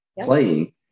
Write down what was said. playing